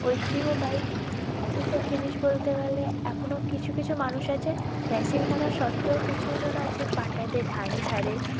ঐতিহবাহি এসব জিনিস বলতে গেলে এখনও কিছু কিছু মানুষ আছে মেশিন থাকা সত্ত্বেও কিছুজন আছে পাটাইতে ধান ছাড়ে